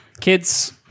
Kids